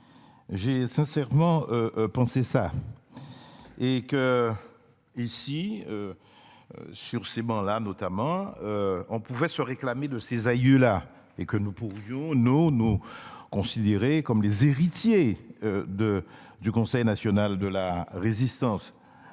J'ai sincèrement pensé ça. Et que. Ici. Sur ces bancs la notamment. On pouvait se réclamer de ses aïeux là et que nous pourrions-nous nous considérer comme les héritiers de du Conseil national de la Résistance.